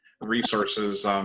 resources